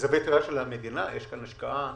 בזווית ראייה של המדינה יש כאן השקעה מצוינת.